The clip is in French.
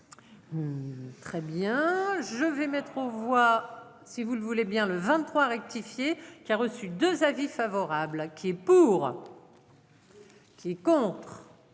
Très bien, je vais mettre aux voix si vous le voulez bien le 23 rectifié qui a reçu 2 avis favorable. Qui est pour. Qui est contre.